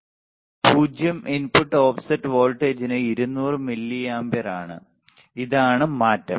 0 input offset വോൾട്ടേജിന് 200 milliampere ആണ് ഇതാണ് മാറ്റം